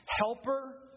helper